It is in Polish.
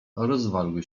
rozwarły